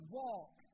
walk